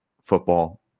football